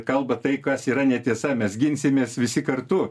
kalba tai kas yra netiesa mes ginsimės visi kartu